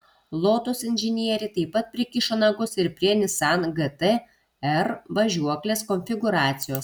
lotus inžinieriai taip pat prikišo nagus ir prie nissan gt r važiuoklės konfigūracijos